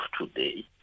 today